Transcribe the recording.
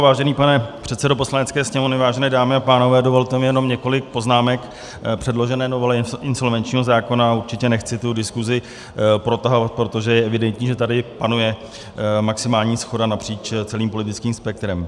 Vážený pane předsedo Poslanecké sněmovny, vážené dámy a pánové, dovolte mi jenom několik poznámek k předložené novele insolvenčního zákona, určitě nechci tu diskusi protahovat, protože je evidentní, že tady panuje maximální shoda napříč celým politickým spektrem.